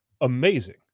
amazing